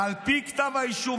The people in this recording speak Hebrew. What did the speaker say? "על פי כתב האישום,